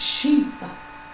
jesus